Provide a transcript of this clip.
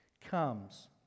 comes